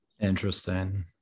Interesting